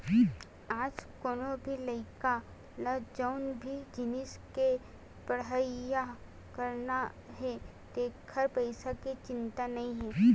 आज कोनो भी लइका ल जउन भी जिनिस के पड़हई करना हे तेखर पइसा के चिंता नइ हे